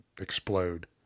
explode